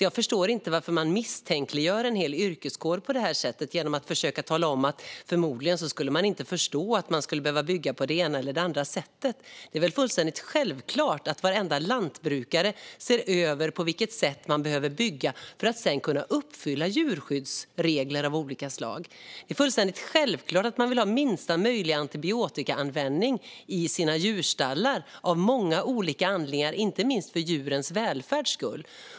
Jag förstår inte varför man misstänkliggör en hel yrkeskår på det här sättet genom att säga att lantbrukarna förmodligen inte skulle förstå att de skulle behöva bygga på ett visst sätt. Det är väl självklart att varenda lantbrukare ser över på vilket sätt man behöver bygga för att kunna uppfylla djurskyddsregler av olika slag? Det är fullständigt självklart att man vill ha minsta möjliga antibiotikaanvändning i sina djurstallar, av många olika skäl men inte minst för djurens välfärds skull.